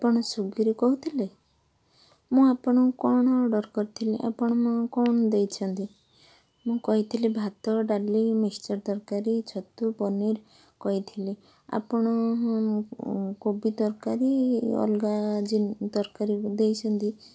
ଆପଣ ସ୍ଵିଗିରୁ କହୁଥିଲେ ମୁଁ ଆପଣଙ୍କୁ କ'ଣ ଅର୍ଡ଼ର କରିଥିଲି ଆପଣ କ'ଣ ଦେଇଛନ୍ତି ମୁଁ କହିଥିଲି ଭାତ ଡାଲି ମିକ୍ସଚର୍ ତରକାରୀ ଛତୁ ପନିର୍ କହିଥିଲି ଆପଣ କୋବି ତରକାରୀ ଅଲଗା ଜି ତରକାରୀ ଦେଇଛନ୍ତି